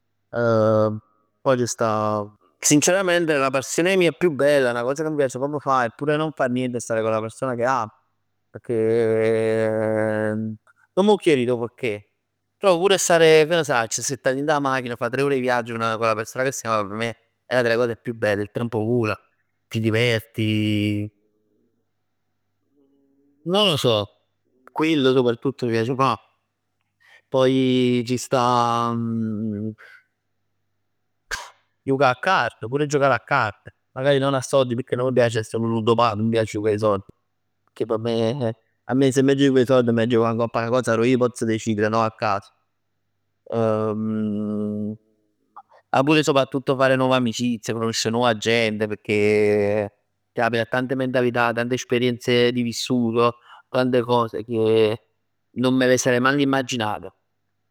Poj c' sta. Sinceramente la passione mia più bella 'na cosa ca' m' piac proprj fa, è pure non far niente e stare con la persona che amo. Perchè nun m' chierit 'o pecchè. Però pure stare, ch' n' sacc, assettat dint 'a machin, fa tre ore 'e viagg con la persona che si ama, p' me è una delle cose più belle ed il tempo vola. Ti diverti. Non lo so, quello soprattutto mi piace fà. Poi ci sta jucà 'a cart, pure giocare a carte. Magari non a soldi pecchè non mi piace essere 'a 'nu ludopatico, non m' piac 'a jucà 'a sord. Pecchè p' me, a me se m'aggia jucà 'e sord m'aggia jucà ngopp 'a 'na cosa addò ij pozz decidere, no a caso. Ma pure soprattutto fare nuove amicizie, conoscere nuova gente pecchè ti apri a tanta mentalità, tante esperienze di vissuto, tante cose che, non me le sarei nemmanc immaginat.